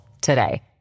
today